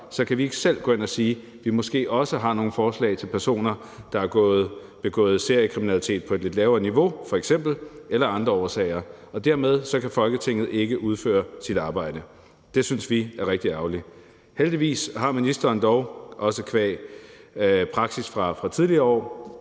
om, kan vi ikke selv gå ind og sige, at vi måske også har nogle forslag til personer, der har begået seriekriminalitet på et lidt lavere niveau f.eks. eller andre ting. Dermed kan Folketinget ikke udføre sit arbejde. Det synes vi er rigtig ærgerligt. Heldigvis har ministeren dog også qua praksis fra tidligere år